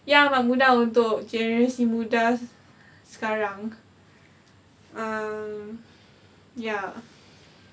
ia memudah untuk generasi muda sekarang um ya